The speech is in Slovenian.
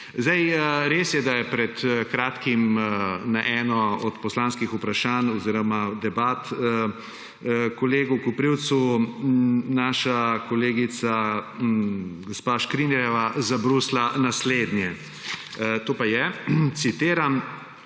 Res je, da je pred kratkim na eno od poslanskih vprašanj oziroma debat kolegu Koprivcu naša kolegica gospa Škrinjarjeva zabrusila naslednje. To pa je, citiram: